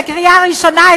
בקריאה ראשונה,